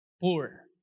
poor